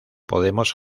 podemos